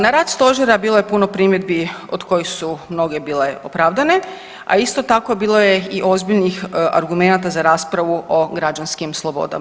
Na rad stožera bilo je puno primjedbi od kojih su mnoge bile opravdane, a isto tako bilo je i ozbiljnih argumenata za raspravu o građanskim slobodama.